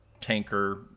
tanker